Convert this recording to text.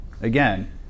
Again